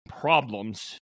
problems